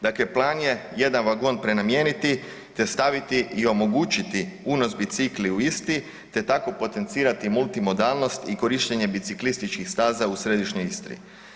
Dakle, plan je jedan vagon prenamijeniti te staviti i omogućiti unos bicikli u isti te tako potencirati multimodalnost i korištenje biciklističkih staza u središnjoj Istri.